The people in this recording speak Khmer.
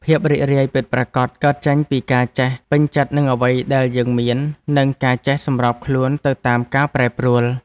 ភាពរីករាយពិតប្រាកដកើតចេញពីការចេះពេញចិត្តនឹងអ្វីដែលយើងមាន និងការចេះសម្របខ្លួនទៅតាមការប្រែប្រួល។